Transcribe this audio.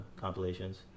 compilations